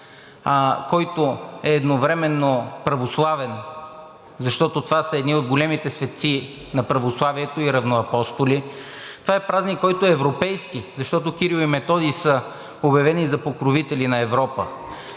който е едновременно православен, защото това са едни от големите светци на православието и равноапостоли. Това е европейски празник, защото Кирил и Методий са обявени за покровители на Европа.